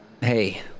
Hey